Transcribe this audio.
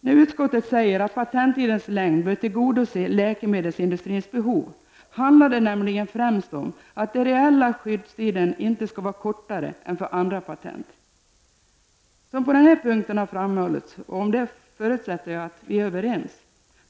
När utskottet säger att patenttidens längd bör tillgodose läkemedelsindustrins behov handlar det främst om att den reella skyddstiden inte skall vara kortare för läkemedelspatent än för andra patent. På den här punkten har framhållits — och det förutsätter jag att vi är överens